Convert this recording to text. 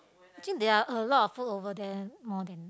since there are a lot of post over there more than